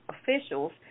officials